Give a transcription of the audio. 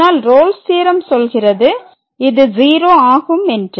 ஆனால் Rolle's theorem சொல்கிறது இது 0 ஆகும் என்று